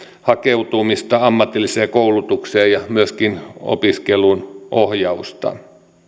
hakeutumista ammatilliseen koulutukseen ja myöskin opiskeluun ohjausta